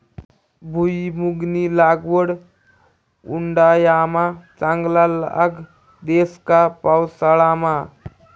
भुईमुंगनी लागवड उंडायामा चांगला लाग देस का पावसाळामा